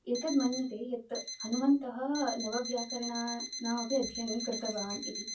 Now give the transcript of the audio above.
एतद् मन्यते यत् हनुमन्तः नवव्याकरणानामपि अध्ययनं कृतवान् इति